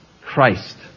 Christ